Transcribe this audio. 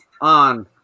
on